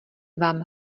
vám